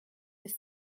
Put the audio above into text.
sich